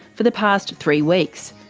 for the past three weeks.